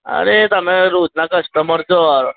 અરે તમે રોજના કસ્ટમર છો